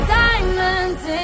diamonds